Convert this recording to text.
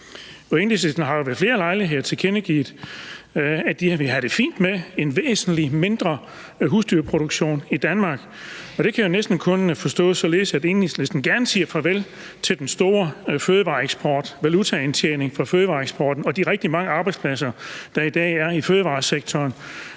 Enhedslisten har jo ved flere lejligheder tilkendegivet, at de ville have det fint med en væsentlig mindre husdyrproduktion i Danmark. Og det kan jo næsten kun forstås således, at Enhedslisten gerne siger farvel til den store fødevareeksport, valutaindtjeningen fra fødevareeksporten og de rigtig mange arbejdspladser, der i dag er i fødevaresektoren